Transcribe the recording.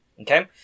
Okay